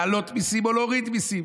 להעלות מיסים או להוריד מיסים.